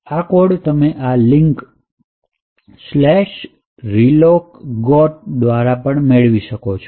આ કોડ તમે આ લિંક relocgot દ્વારા પણ મેળવી શકો છો